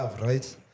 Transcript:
right